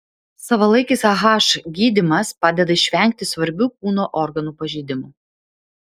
savalaikis ah gydymas padeda išvengti svarbių kūno organų pažeidimų